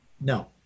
no